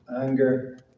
anger